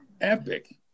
epic